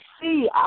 see